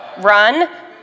Run